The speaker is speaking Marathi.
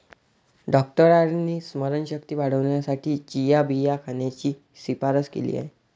डॉक्टरांनी स्मरणशक्ती वाढवण्यासाठी चिया बिया खाण्याची शिफारस केली आहे